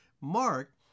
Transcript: Mark